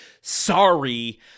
sorry